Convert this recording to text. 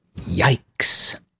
Yikes